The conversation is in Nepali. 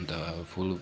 अन्त फुल